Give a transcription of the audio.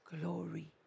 Glory